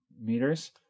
meters